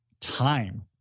time